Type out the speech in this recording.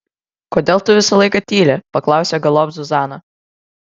kodėl tu visą laiką tyli paklausė galop zuzana